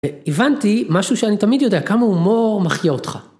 הבנתי משהו שאני תמיד יודע, כמה הומור מחיה אותך.